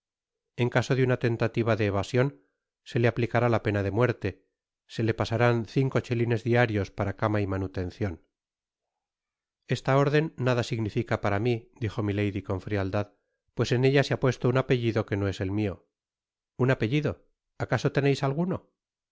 en caso de una tentativa de evasion se le apticará la pena de muerte se le pasarán cinco chelines diarios para cama y manutencion esta órden nada significa para mi dijo milady con frialdad pues en ella se ha puesto un apellido que no es el mio un apellido acaso teneis alguno